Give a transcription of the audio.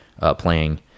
playing –